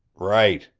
right,